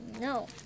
No